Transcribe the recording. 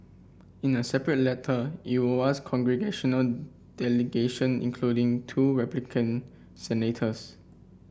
in a separate letter congressional delegation including two Republican senators